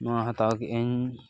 ᱱᱚᱣᱟ ᱦᱟᱛᱟᱣ ᱠᱮᱫ ᱟᱹᱧ